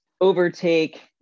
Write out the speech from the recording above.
overtake